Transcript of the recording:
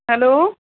hello